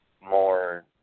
more